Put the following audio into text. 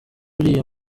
uriya